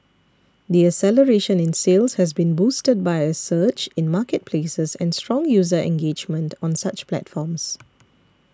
the acceleration in sales has been boosted by a surge in marketplaces and strong user engagement on such platforms